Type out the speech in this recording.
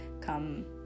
come